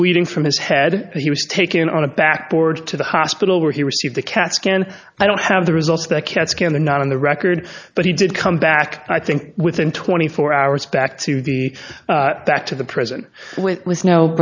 bleeding from his head and he was taken on a back board to the hospital where he received the cat scan i don't have the results that cat scan the knot in the record but he did come back i think within twenty four hours back to the back to the present with with no